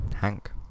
Hank